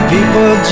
People